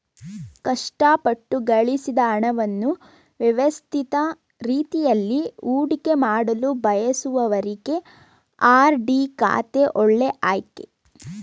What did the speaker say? ಕಷ್ಟಪಟ್ಟು ಗಳಿಸಿದ ಹಣವನ್ನು ವ್ಯವಸ್ಥಿತ ರೀತಿಯಲ್ಲಿ ಹೂಡಿಕೆಮಾಡಲು ಬಯಸುವವರಿಗೆ ಆರ್.ಡಿ ಖಾತೆ ಒಳ್ಳೆ ಆಯ್ಕೆ